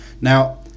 Now